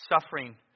suffering